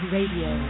Radio